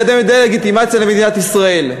ולקדם דה-לגיטימציה של מדינת ישראל.